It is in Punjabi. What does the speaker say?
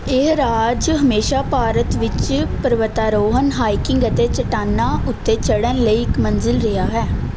ਇਹ ਰਾਜ ਹਮੇਸ਼ਾ ਭਾਰਤ ਵਿੱਚ ਪਰਬਤਾਰੋਹਣ ਹਾਈਕਿੰਗ ਅਤੇ ਚੱਟਾਨਾਂ ਉੱਤੇ ਚੜ੍ਹਨ ਲਈ ਇੱਕ ਮੰਜ਼ਿਲ ਰਿਹਾ ਹੈ